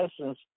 essence